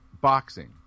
boxing